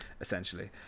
essentially